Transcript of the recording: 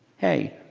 hey,